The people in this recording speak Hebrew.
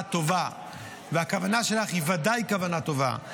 טובה ושהכוונה שלך היא ודאי כוונה טובה.